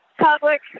public